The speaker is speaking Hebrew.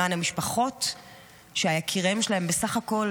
למען המשפחות שיקיריהן בסך הכול